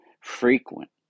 frequent